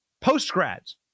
post-grads